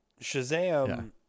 Shazam